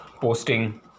posting